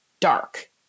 dark